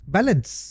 Balance